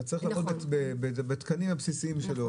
אתה צריך לעשות בתקנים הבסיסיים שלו.